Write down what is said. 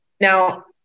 Now